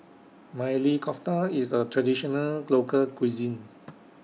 Maili Kofta IS A Traditional Local Cuisine